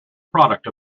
product